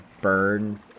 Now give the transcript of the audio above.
burn